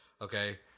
okay